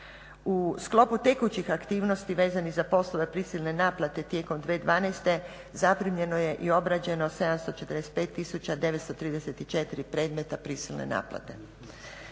U sklopu tekućih aktivnosti vezanih za poslovne prisilne naplate tijekom 2012.zaprimljeno je i obrađeno 745 tisuća 934 predmeta prisilne naplate.